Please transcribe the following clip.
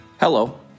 Hello